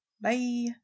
Bye